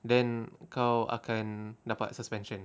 then kau akan dapat suspension